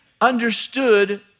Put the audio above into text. understood